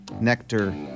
Nectar